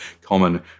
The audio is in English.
common